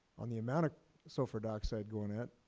on the amount of sulfur dioxide going out,